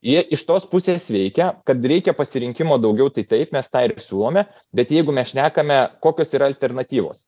jie iš tos pusės veikia kad reikia pasirinkimo daugiau tai taip mes tą ir siūlome bet jeigu mes šnekame kokios yra alternatyvos